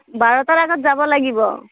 বাৰটাৰ আগত যাব লাগিব